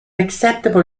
acceptable